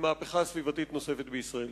למהפכה סביבתית נוספת בישראל.